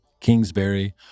Kingsbury